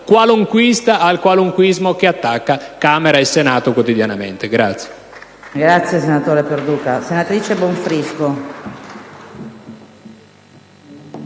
qualunquista al qualunquismo che attacca Camera e Senato quotidianamente.